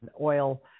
oil